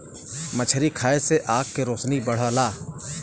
मछरी खाये से आँख के रोशनी बढ़ला